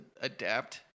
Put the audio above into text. adapt